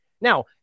Now